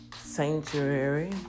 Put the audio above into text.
sanctuary